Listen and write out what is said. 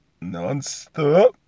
non-stop